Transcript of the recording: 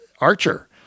archer